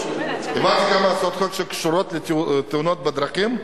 העברתי כמה הצעות חוק שקשורות לתאונות דרכים,